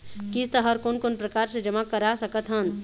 किस्त हर कोन कोन प्रकार से जमा करा सकत हन?